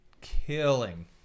killing